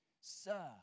Sir